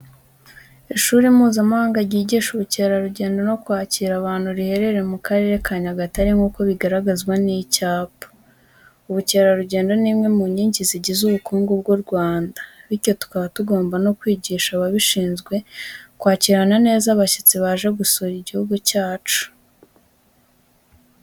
Ishuri mpuzamahanga ryigisha ubukerarugendo no kwakira abantu riherereye mu Karere ka Nyagatare nk'uko bigaragazwa n'icyapa. Ubukerarugendo ni imwe mu nkingi zigize ubukungu bw'u Rwanda, bityo tukaba tugomba no kwigisha abashinzwe, kwakirana yombi abashyitsi baje gusura igihugu cyacu.